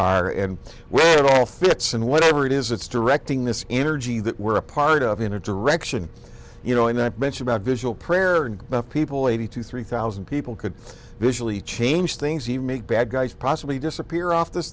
are and where it all fits and whatever it is it's directing this energy that we're a part of in a direction you know not to mention about visual prayer and about people eighty to three thousand people could visually change things he make bad guys possibly disappear off this